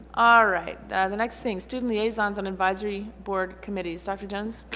alright the next thing student liaisons on advisory board committees dr. jones